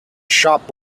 shop